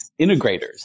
integrators